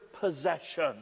possession